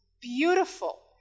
beautiful